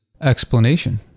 explanation